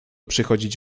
przychodzić